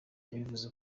yabivuze